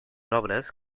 obres